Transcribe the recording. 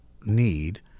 need